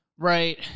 Right